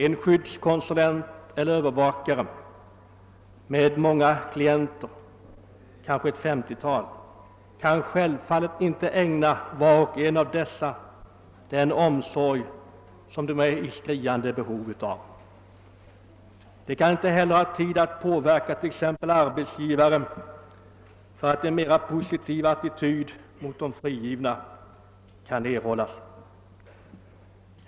En skyddskonsulent eller övervakare med många klienter — kanske ett 50-tal — kan självfallet inte ägna var och en av dessa den omsorg som de är i skriande behov av. Han har heller inte tid att påverka t.ex. arbetsgivare att inta en mer positiv attityd mot de frigivna.